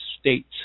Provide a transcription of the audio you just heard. states